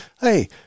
hey